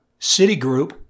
Citigroup